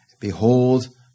Behold